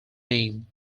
name